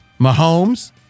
Mahomes